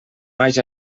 haja